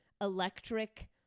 electric